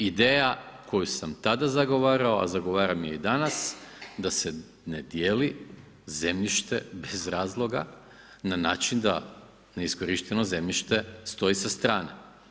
Ideja koju sam tada zagovarao, a zagovaram je i danas da se ne dijeli zemljište bez razloga na način da neiskorišteno zemljište stoji sa strane.